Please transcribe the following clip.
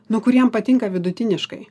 nu kuriem patinka vidutiniškai